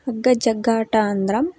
ಹಗ್ಗಜಗ್ಗಾಟ ಅಂದ್ರೆ